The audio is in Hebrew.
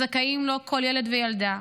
זכאים לו כל ילד וילדה.